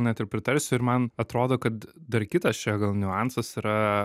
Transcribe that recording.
net ir pritarsiu ir man atrodo kad dar kitas čia gal niuansas yra